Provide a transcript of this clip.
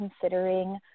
considering –